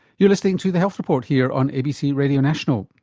you're listening to the health report here on abc radio national